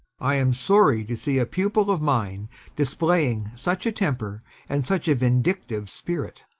i am sorry to see a pupil of mine displaying such a temper and such a vindictive spirit,